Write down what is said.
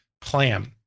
plan